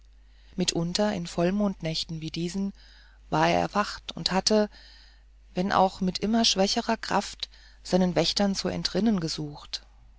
mitunter in vollmondnächten wie dieser war er erwacht und hatte wenn auch mit immer schwächerer kraft seinen wächtern zu entrinnen gesucht